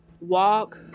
walk